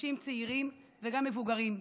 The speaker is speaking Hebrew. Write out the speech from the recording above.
אנשים צעירים וגם מבוגרים,